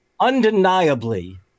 Undeniably